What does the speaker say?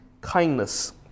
kindness